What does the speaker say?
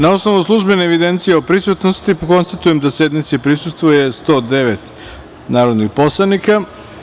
Na osnovu službene evidencije o prisutnosti narodnih poslanika, konstatujem da sednici prisustvuje 109 narodnih poslanika.